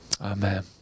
Amen